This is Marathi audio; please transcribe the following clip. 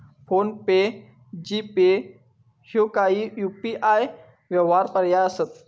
फोन पे, जी.पे ह्यो काही यू.पी.आय व्यवहार पर्याय असत